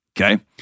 Okay